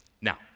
Now